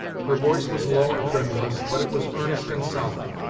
her voice was low and tremulous, but it was earnest and solemn.